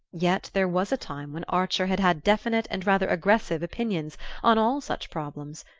yet there was a time when archer had had definite and rather aggressive opinions on all such problems,